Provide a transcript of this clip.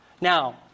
Now